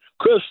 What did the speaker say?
Chris